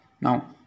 Now